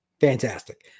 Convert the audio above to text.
Fantastic